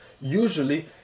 usually